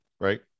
right